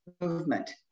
movement